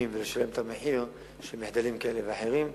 ולשלם את המחיר של מחדלים כאלה ואחרים.